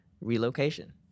relocation